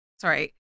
sorry